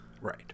Right